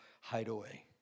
hideaway